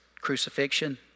crucifixion